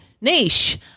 niche